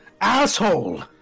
asshole